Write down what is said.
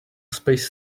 space